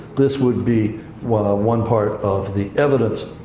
this would be one ah one part of the evidence.